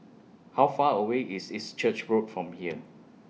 How Far away IS East Church Road from here